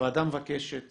הוועדה מבקשת